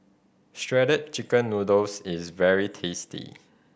Shredded Chicken Noodles is very tasty